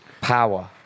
power